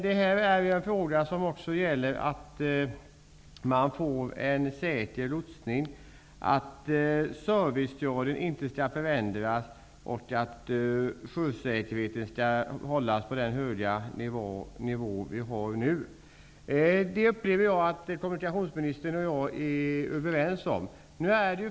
Det gäller emellertid också att se till att man får en säker lotsning, att servicegraden inte förändras och att sjösäkerheten kan hållas på den höga nivå vi har nu. Jag upplever att kommunikationsministern och jag är överens även om det.